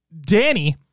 danny